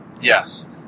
Yes